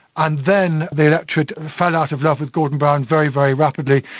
and then the electorate fell out of love with gordon brown very, very rapidly.